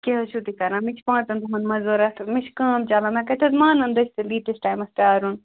کیٚنٛہہ حظ چھُو تُہۍ کَران مےٚ چھِ پانٛژَن دۄہَن منٛز ضوٚرَتھ مےٚ چھِ کٲم چَلان مےٚ کَتہِ حظ مانُن دٔسِل ییٖتِس ٹایمَس پیارُن